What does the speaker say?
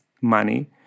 money